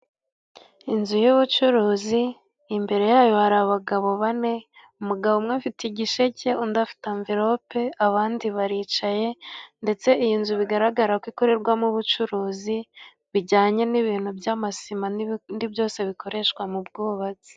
Inzu y'ubucuruzi, imbere yayo hari abagabo bane: umugabo umwe afite igisheke, undi afite anverope, abandi baricaye, ndetse iyi nzu bigaragara ko ikorerwamo ubucuruzi bijyanye n'ibintu by'amasima n'ibindi byose bikoreshwa mu bwubatsi.